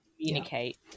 communicate